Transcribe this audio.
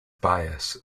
bias